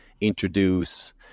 introduce